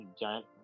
giant